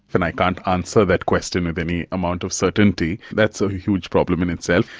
and i can't answer that question with any amount of certainty. that's a huge problem in itself,